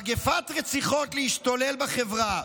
למגפת רציחות להשתולל בחברה,